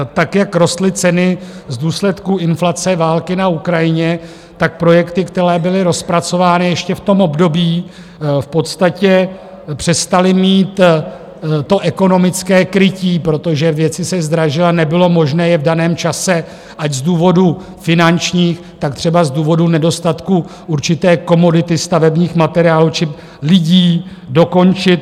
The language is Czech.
Tak jak rostly ceny v důsledku inflace, války na Ukrajině, tak projekty, které byly rozpracovány ještě v tom období, v podstatě přestaly mít ekonomické krytí, protože věci se zdražily, nebylo možné je v daném čase ať z důvodů finančních, tak třeba z důvodu nedostatku určité komodity, stavebních materiálů či lidí dokončit.